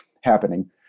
happening